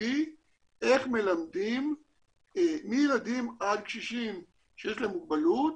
קרי איך מלמדים מילדים עד קשישים שיש להם מוגבלות